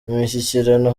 imishyikirano